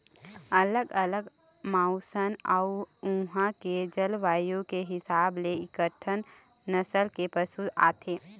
अलग अलग मउसन अउ उहां के जलवायु के हिसाब ले कइठन नसल के पशु आथे